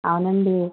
అవునండి